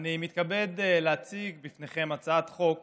אני מתכבד להציג בפניכם הצעת חוק